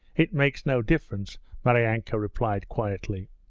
it makes no difference maryanka replied quietly.